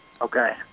Okay